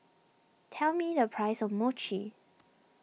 tell me the price of Mochi